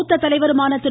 முத்த தலைவருமான திரு